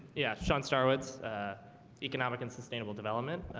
yeah shawn starwood's economic and sustainable development.